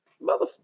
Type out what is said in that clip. mother